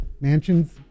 mansion's